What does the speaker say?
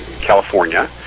California